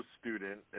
student